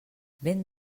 vent